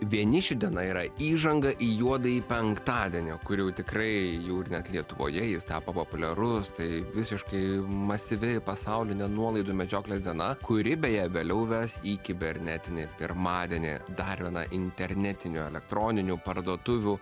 vienišių diena yra įžanga į juodąjį penktadienį kur jau tikrai jau ir net lietuvoje jis tapo populiarus tai visiškai masyvi pasaulinė nuolaidų medžioklės diena kuri beje vėliau ves į kibernetinį pirmadienį dar viena internetinių elektroninių parduotuvių